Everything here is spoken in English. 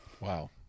Wow